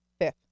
Fifth